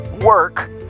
work